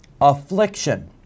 affliction